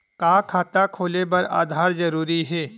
का खाता खोले बर आधार जरूरी हे?